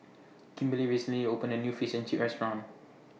Kimberley recently opened A New Fish and Chips Restaurant